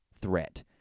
threat